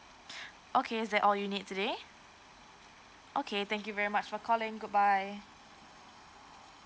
okay is that all you need today okay thank you very much for calling goodbye